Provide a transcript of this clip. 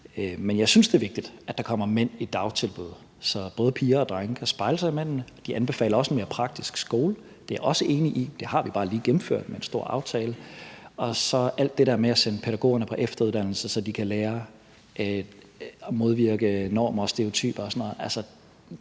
Men jeg synes, det er vigtigt, at der kommer mænd i dagtilbud, så både piger og drenge kan spejle sig i mændene. De anbefaler også en mere praktisk skole, og det er jeg også enig i. Vi har bare lige gennemført det med en stor aftale. Alt det der med at sende pædagogerne på efteruddannelse, så de kan lære at modvirke normer og stereotyper, må I vente